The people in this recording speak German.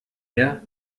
der